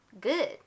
Good